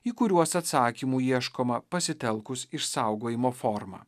į kuriuos atsakymų ieškoma pasitelkus išsaugojimo formą